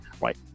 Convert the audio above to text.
right